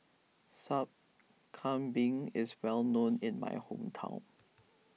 Sup Kambing is well known in my hometown